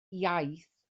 iaith